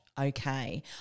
okay